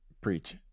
preach